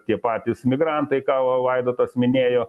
tie patys migrantai ką va vaidotas minėjo